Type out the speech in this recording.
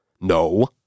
No